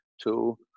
two